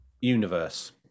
Universe